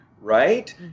right